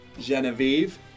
Genevieve